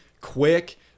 quick